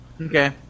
Okay